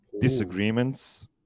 disagreements